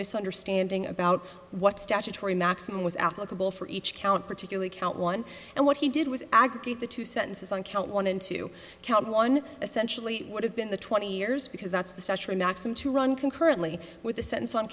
misunderstanding about what statutory maximum was applicable for each count particularly count one and what he did was aggregate the two sentences on count one and two count them on essentially what have been the twenty years because that's the special maxim to run concurrently with the sentence